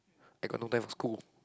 I got no time for school